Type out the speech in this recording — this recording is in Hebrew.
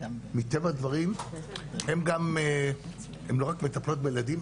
מטבע הדברים הן לא רק מטפלות בילדים,